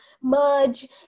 merge